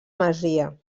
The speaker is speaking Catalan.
masia